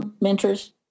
mentors